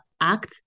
act